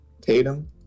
Tatum